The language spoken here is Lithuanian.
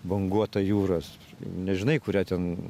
banguota jūros nežinai kurią ten